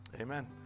Amen